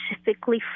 specifically